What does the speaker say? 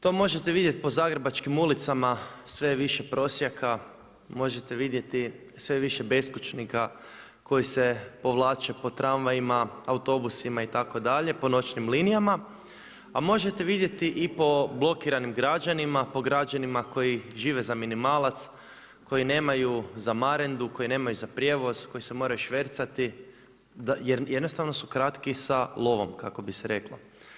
To možete vidjeti po zagrebačkim ulicama, sve je više prosjaka, možete vidjeti sve više beskućnika koji se povlače po tramvajima, autobusima itd., po noćnim linijama a možete vidjeti i po blokiranim građanima, po građanima koji žive za minimalac, koji nemaju za marendu, koji nemaju za prijevoz, koji se moraju švercati, jednostavno su kratki sa lovom kako bi se reklo.